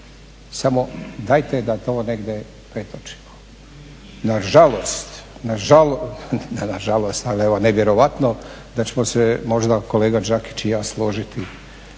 Samo dajte da to negdje pretočimo. Nažalost, nažalost, ali evo nevjerojatno da ćemo se možda kolega Đakić i ja složiti,